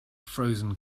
frozen